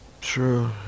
True